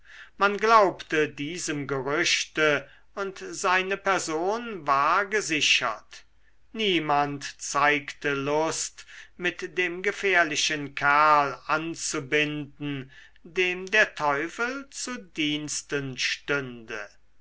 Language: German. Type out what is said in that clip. man glaubte diesem gerüchte und seine person war gesichert niemand zeigte lust mit dem gefährlichen kerl anzubinden dem der teufel zu diensten stünde